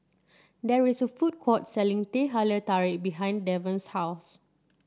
there is a food court selling Teh Halia Tarik behind Devon's house